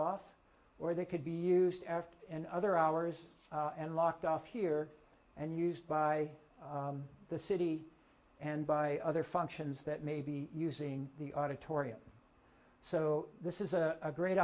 off or they could be used in other hours and locked off here and used by the city and by other functions that may be using the auditorium so this is a great